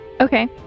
Okay